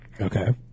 Okay